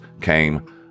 came